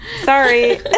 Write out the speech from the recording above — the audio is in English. Sorry